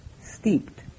steeped